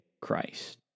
Christ